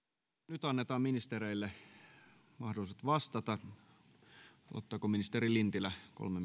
nyt annetaan ministereille mahdollisuus vastata ottaako ministeri lintilä kolme